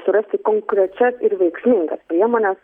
surasti konkrečias ir veiksmingas priemones